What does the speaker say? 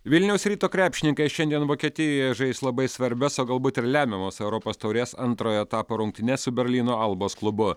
vilniaus ryto krepšininkai šiandien vokietijoje žais labai svarbias o galbūt ir lemiamas europos taurės antrojo etapo rungtynes su berlyno albos klubu